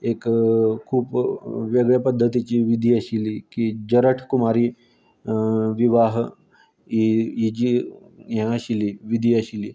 एक खूब वेगळें पद्दतीची विधी आशिल्ली की जरट कुमारी विवाह ही ही जी यें आशिल्ली विधी आशिल्ली